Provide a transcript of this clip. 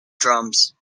drums